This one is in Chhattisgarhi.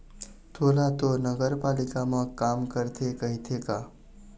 तोला तो नगरपालिका म काम करथे कहिथे का?